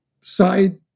side